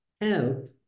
help